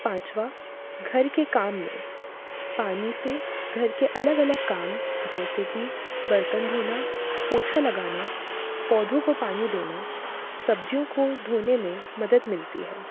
पाँचवा घर के काम में पानी से घर के अलग अलग काम जैसे कि बर्तन धोना पोछा लगाना पौधों को पानी देना सब्जियों को धोने में मदद मिलती है